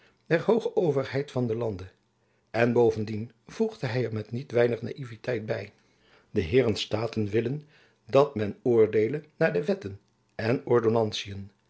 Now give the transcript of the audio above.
der hooge overheid van den lande en bovendien voegde hy er met niet weinig naïveteit by de heeren staten willen dat men oordeele naar de wetten en